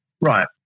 Right